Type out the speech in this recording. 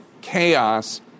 chaos